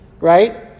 right